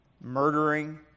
murdering